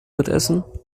mitessen